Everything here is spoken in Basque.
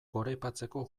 goraipatzeko